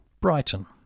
Brighton